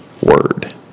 word